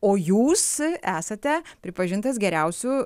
o jūs esate pripažintas geriausiu